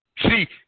see